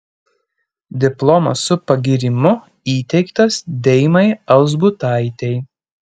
diplomas su pagyrimu įteiktas deimai alzbutaitei